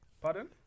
Pardon